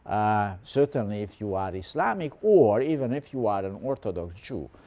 certainly if you are islamic, or even if you are an orthodox jew,